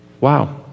wow